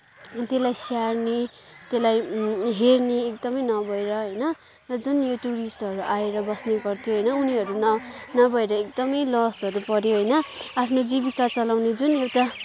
त्यसलाई स्याहर्ने त्यसलाई हेर्ने एकदमै नभएर होइन र जुन यो टुरिस्टहरू आएर बस्ने गर्थ्यो होइन उनीहरू न नभएर एकदमै लसहरू पऱ्यो होइन आफ्नो जीविका चलाउने जुन एउटा